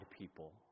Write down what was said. people